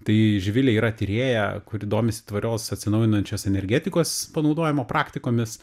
tai živilė yra tyrėja kuri domisi tvarios atsinaujinančios energetikos panaudojimo praktikomis